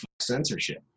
censorship